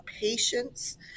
patience